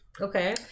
Okay